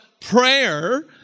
prayer